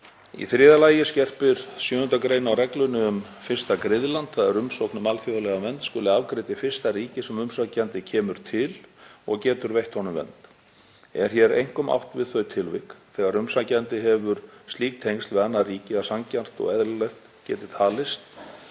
Í þriðja lagi skerpir 7. gr. á reglunni um fyrsta griðland, þ.e. að umsókn um alþjóðlega vernd skuli afgreiddi í fyrsta ríki sem umsækjandi kemur til og getur veitt honum vernd. Er hér einkum átt við þau tilvik þegar umsækjandi hefur slík tengsl við annað ríki að sanngjarnt og eðlilegt geti talist